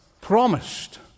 promised